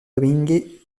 domingue